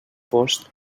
post